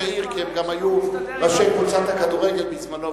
עיר כי הם גם היו ראשי קבוצת הכדורגל בזמנו,